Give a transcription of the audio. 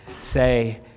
Say